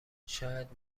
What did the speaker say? شاید